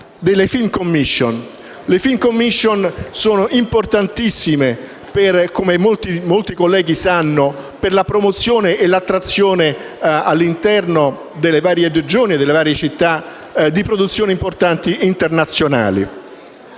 *film commission*, che sono importantissime, come molti colleghi sanno, per la promozione e l'attrazione all'interno delle varie Regioni e delle varie città di importanti produzioni internazionali.